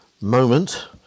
moment